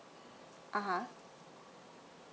ah